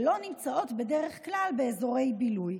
שלא נמצאות בדרך כלל באזורי בילוי,